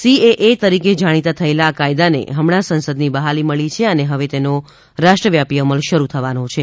તરીકે જાણીતા થયેલા આ કાયદાને હમણાં સંસદની બહાલી મળી છે અને હવે તેનો રાષ્ટ્રવ્યાપી અમલ શરૂ થવાનો છે